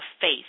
faith